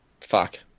Fuck